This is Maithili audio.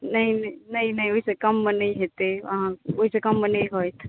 नहि नहि नहि नहि नहि ओहि सॅं कम मे नहि हेतै अहाँ ओहि सॅं कम मे नहि होयत